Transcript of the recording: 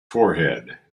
forehead